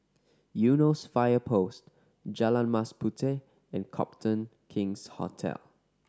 Eunos Fire Post Jalan Mas Puteh and Copthorne King's Hotel